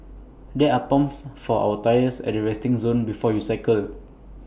there are pumps for our tyres at the resting zone before you cycle